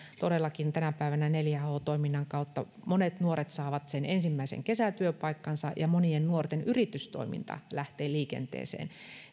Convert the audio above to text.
todellakin tänä päivänä neljä h toiminnan kautta monet nuoret saavat sen ensimmäisen kesätyöpaikkansa ja monien nuorten yritystoiminta lähtee liikenteeseen